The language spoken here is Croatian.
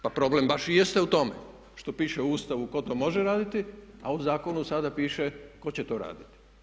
Pa problem baš i jeste u tome što piše u Ustavu tko to može raditi a u zakonu sada piše tko će to raditi.